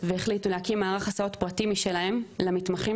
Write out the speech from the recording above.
והחליטו להקים מערך הסעות פרטי משלהם למתמחים,